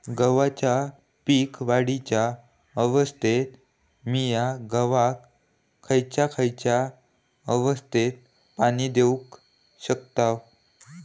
गव्हाच्या पीक वाढीच्या अवस्थेत मिया गव्हाक खैयचा खैयचा अवस्थेत पाणी देउक शकताव?